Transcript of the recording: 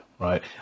Right